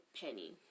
Penny